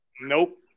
Nope